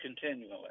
continually